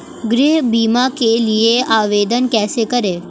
गृह बीमा के लिए आवेदन कैसे करें?